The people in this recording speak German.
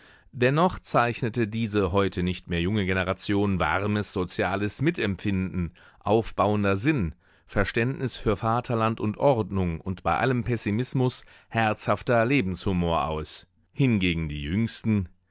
dennoch zeichnete diese heute nicht mehr junge generation warmes soziales mitempfinden aufbauender sinn verständnis für vaterland und ordnung und bei allem pessimismus herzhafter lebenshumor aus hingegen die jüngsten